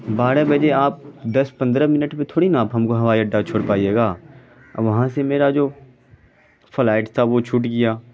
بارہ بجے آپ دس پندرہ میں تھوڑی نا آپ ہم کو ہوائی اڈہ چھوڑ پائیے گا اور وہاں سے میرا جو فلائٹ تھا وہ چھوٹ گیا